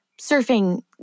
surfing